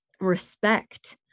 respect